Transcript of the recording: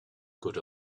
good